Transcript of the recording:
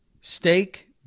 steak